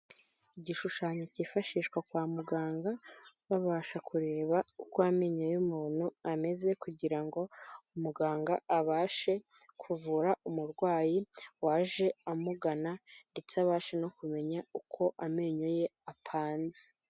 Igishushanyo cyifashishwa kwa muganga babasha kureba uko amenyo y'umuntu ameze, kugirango umuganga abashe kuvura umurwayi waje amugana ndetse abashe no kumenya uko amenyo ye apanze.